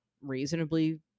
reasonably